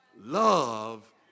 Love